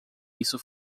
isso